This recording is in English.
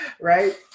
Right